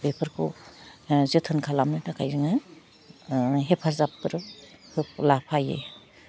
बेफोरखौ ओह जोथोन खालामनो थाखाय जोङो ओह हेफाजाबफोर हो लाफायो